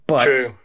True